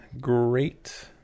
great